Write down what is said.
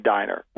Diner